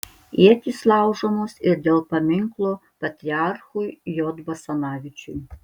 ietys laužomos ir dėl paminklo patriarchui j basanavičiui